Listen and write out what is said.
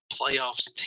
playoffs